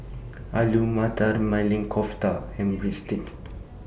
Alu Matar Maili Kofta and Breadsticks